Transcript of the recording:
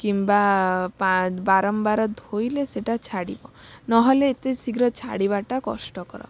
କିମ୍ବା ପା ବାରମ୍ବାର ଧୋଇଲେ ସେଇଟା ଛାଡ଼ିବ ନହେଲେ ଏତେ ଶୀଘ୍ର ଛାଡ଼ିବାଟା କଷ୍ଟକର